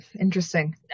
interesting